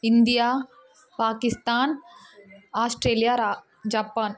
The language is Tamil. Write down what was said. India Pakistan Australia Japan